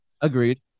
Agreed